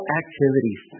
activities